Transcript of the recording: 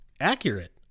accurate